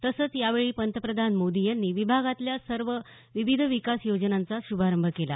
तसंच यावेळी पंतप्रधान मोदी यांनी या विभागातल्या विविध विकास योजनांचा श्भारंभ केला